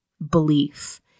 Belief